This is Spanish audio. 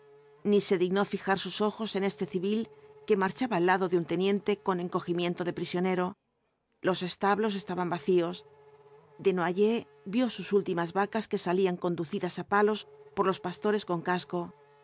ni se dignó fijar sus ojos en este civil que marchaba al lado de un teniente con encogimiento de prisionero los establos estaban vacíos desnoyers vio sus últimas vacas que salían conducidas á palos por los pastores con casco